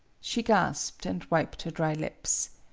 she gasped, and wiped her dry lips.